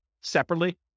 separately